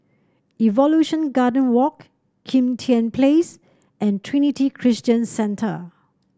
Evolution Garden Walk Kim Tian Place and Trinity Christian Centre